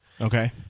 Okay